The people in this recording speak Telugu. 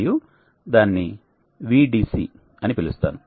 మరియు దానిని Vdc అని పిలుస్తాను